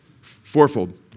fourfold